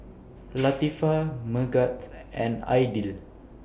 Latifa Megat and Aidil